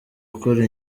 ukora